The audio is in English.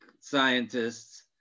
scientists